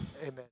amen